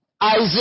Isaac